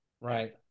right